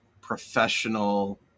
professional